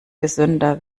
gesünder